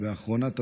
אחרונת הדוברים,